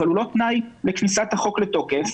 אבל הוא לא תנאי לכניסת החוק לתוקף.